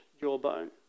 jawbone